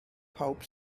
pawb